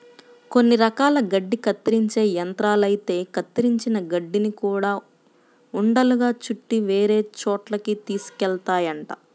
కొన్ని రకాల గడ్డి కత్తిరించే యంత్రాలైతే కత్తిరించిన గడ్డిని గూడా ఉండలుగా చుట్టి వేరే చోటకి తీసుకెళ్తాయంట